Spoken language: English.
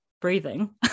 breathing